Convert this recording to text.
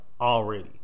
already